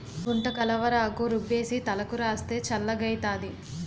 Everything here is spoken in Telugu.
గుంటకలవరాకు రుబ్బేసి తలకు రాస్తే చల్లగౌతాది